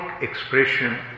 expression